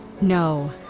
No